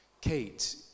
Kate